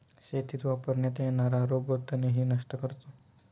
शेतीत वापरण्यात येणारा रोबो तणही नष्ट करतो